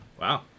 Wow